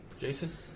Jason